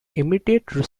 immediate